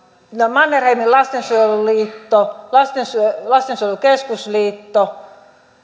mannerheimin lastensuojeluliitto lastensuojelun lastensuojelun keskusliitto